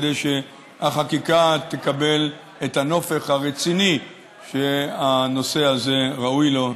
כדי שהחקיקה תקבל את הנופך הרציני שהנושא הזה ראוי לו.